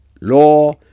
law